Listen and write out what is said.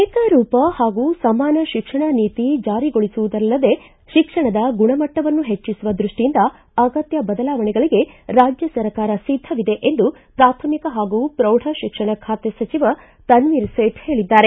ಏಕರೂಪ ಹಾಗೂ ಸಮಾನ ಶಿಕ್ಷಣ ನೀತಿ ಜಾರಿಗೊಳಿಸುವುದಲ್ಲದೆ ಶಿಕ್ಷಣದ ಗುಣಮಟ್ಟವನ್ನು ಹೆಚ್ಚಿಸುವ ದೃಷ್ಟಿಯಿಂದ ಅಗತ್ಯ ಬದಲಾವಣೆಗಳಿಗೆ ರಾಜ್ಯ ಸರ್ಕಾರ ಸದಾ ಸಿದ್ದವಿದೆ ಎಂದು ಪ್ರಾಥಮಿಕ ಹಾಗೂ ಪ್ರೌಢಶಿಕ್ಷಣ ಖಾತೆ ಸಚಿವ ತನ್ವೀರ್ ಸೇಠ್ ಹೇಳಿದ್ದಾರೆ